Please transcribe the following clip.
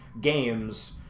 games